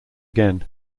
again